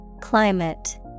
Climate